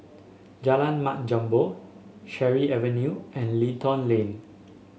Jalan Mat Jambol Cherry Avenue and Lentor Lane